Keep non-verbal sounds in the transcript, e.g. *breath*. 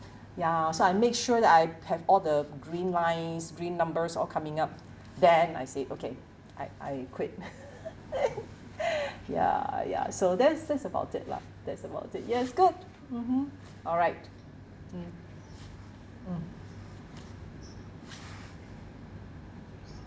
ya so I make sure that I have all the green lines green numbers all coming up then I said okay I I quit *laughs* *breath* ya uh ya so that's that's about it lah that's about it yes good mmhmm all right mm mm